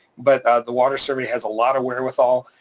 but the water survey has a lot of wherewithal.